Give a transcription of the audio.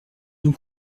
nous